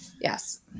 Yes